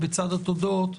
בצד התודות,